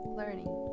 learning